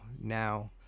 Now